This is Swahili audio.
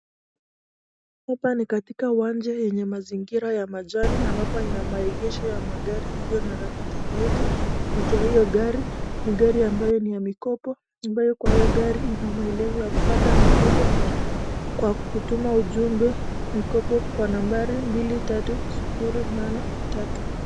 Hapa ni katika uwanja yenye mazingira ya majani ambapo imeegeshwa ya magari iliyo na rangi tofauti. Moja hiyo gari ni gari ambayo ni ya mikopo, ambayo kwa hiyo gari ina maelezo ya kupata mikopo kwa kutuma ujumbe mikopo kwa nambari 23083.